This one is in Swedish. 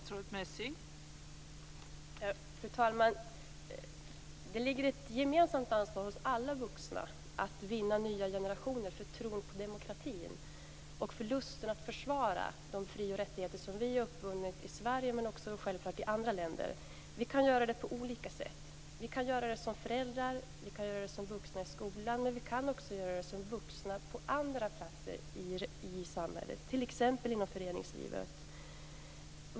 Fru talman! Det ligger ett gemensamt ansvar hos alla vuxna att vinna nya generationer för tron på demokratin och för lusten att försvara de fri och rättigheter som vi uppnått i Sverige, men som självfallet också uppnåtts i andra länder. Vi kan göra det på olika sätt. Vi kan göra det som föräldrar och som vuxna i skolan, men vi kan också göra det som vuxna på andra platser i samhället, t.ex. inom föreningslivet.